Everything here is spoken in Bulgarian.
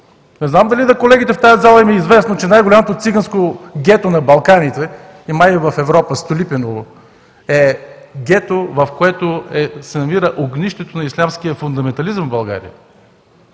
Не знам дали на колегите в тази зала им е известно, че най-голямото циганско гето на Балканите и май и в Европа – Столипиново, е гето, в което се намира огнището на ислямския фундаментализъм в България?